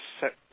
set